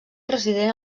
resident